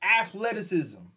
athleticism